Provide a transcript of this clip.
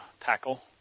tackle